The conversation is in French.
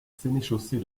sénéchaussée